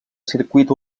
circuit